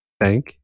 Thank